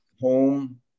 home